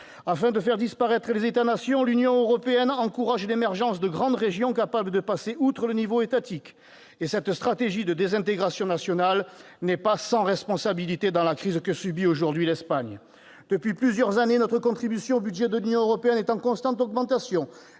Afin de faire disparaître les États-nations, l'Union européenne encourage l'émergence de grandes régions capables de passer outre le niveau étatique. Cette stratégie de désintégration nationale n'est pas sans responsabilité dans la crise que subit aujourd'hui l'Espagne. Depuis plusieurs années, notre contribution au budget de l'Union européenne est en constante augmentation.